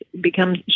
becomes